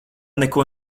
neko